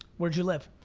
where'd you live?